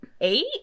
eight